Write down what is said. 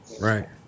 Right